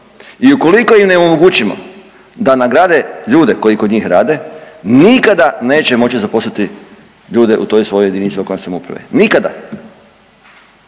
I ukoliko im ne omogućimo da nagrade ljude koji kod njih rade nikada neće moći zaposliti ljude u toj svojoj jedinici lokalne samouprave. Nikada!